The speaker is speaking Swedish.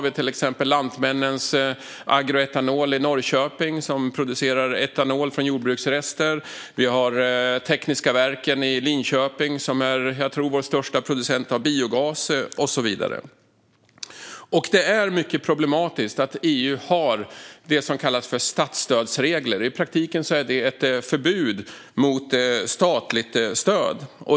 I dag finns exempelvis Lantmännen Agroetanol i Norrköping, som producerar etanol från jordbruksrester, Tekniska verken i Linköping, som väl är vår största producent av biogas, och så vidare. Det är mycket problematiskt att EU har det som kallas statsstödsregler. I praktiken innebär det ett förbud mot statligt stöd.